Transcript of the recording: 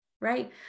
right